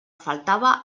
faltava